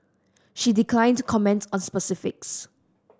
she declined to comment on specifics